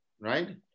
right